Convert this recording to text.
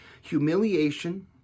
Humiliation